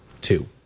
two